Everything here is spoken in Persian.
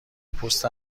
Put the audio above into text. پست